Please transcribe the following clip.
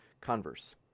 Converse